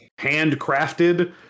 handcrafted